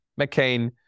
McCain